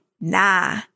nah